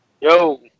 Yo